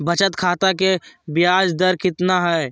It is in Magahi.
बचत खाता के बियाज दर कितना है?